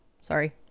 sorry